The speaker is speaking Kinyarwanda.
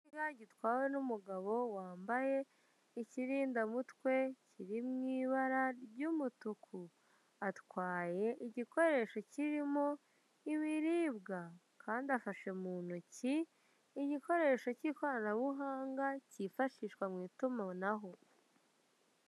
Gitwawe n'umugabo wambaye ikirindamutwe kiri mu ibara ry'umutuku, atwaye igikoresho kirimo ibiribwa kandi afashe mu ntoki igikoresho cy'ikoranabuhanga cyifashishwa mu itumanaho.